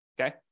okay